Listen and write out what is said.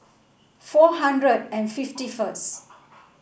four hundred and fifty first